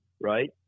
right